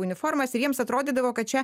uniformas ir jiems atrodydavo kad čia